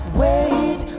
wait